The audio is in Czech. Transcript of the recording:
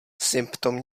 symptom